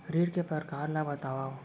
ऋण के परकार ल बतावव?